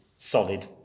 solid